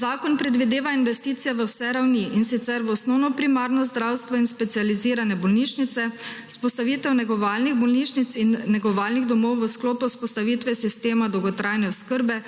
Zakon predvideva investicije v vse ravni, in sicer v osnovno primarno zdravstvo in specializirane bolnišnice, vzpostavitev negovalnih bolnišnic in negovalnih domov v sklopu vzpostavitve sistema dolgotrajne oskrbe,